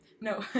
No